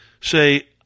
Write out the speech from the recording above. say